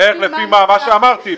זה מה שאמרתי.